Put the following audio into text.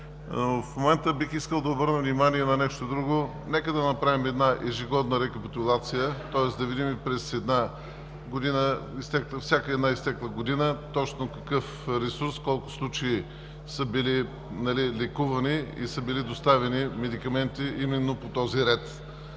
В момента бих искал да обърна внимание на нещо друго. Нека да направим една ежегодна рекапитулация, тоест да видим за всяка изтекла година точно какъв ресурс, колко случаи са били лекувани и са били доставени медикаменти по този ред,